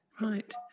Right